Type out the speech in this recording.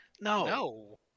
No